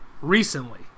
recently